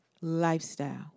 lifestyle